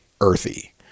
earthy